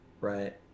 right